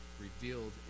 revealed